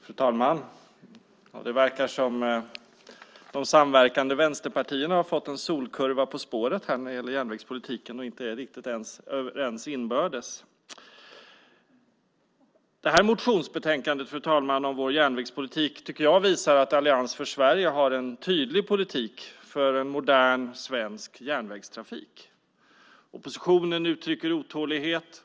Fru talman! Det verkar som att de samverkande vänsterpartierna har fått en solkurva på spåret när det gäller järnvägspolitiken och inte är riktigt överens ens inbördes. Det här motionsbetänkandet, fru talman, om vår järnvägspolitik tycker jag visar att Allians för Sverige har en tydlig politik för en modern svensk järnvägstrafik. Oppositionen uttrycker otålighet.